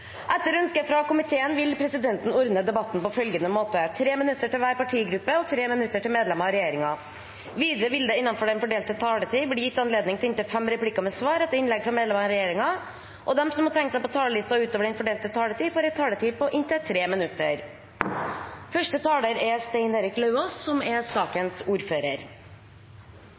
Etter ønske fra kommunal- og forvaltningskomiteen vil presidenten ordne debatten på følgende måte: 3 minutter til hver partigruppe og 3 minutter til medlemmer av regjeringen. Videre vil det – innenfor den fordelte taletid – bli gitt anledning til inntil fem replikker med svar etter innlegg fra medlemmer av regjeringen, og de som måtte tegne seg på talerlisten utover den fordelte taletid, får en taletid på inntil 3 minutter.